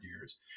years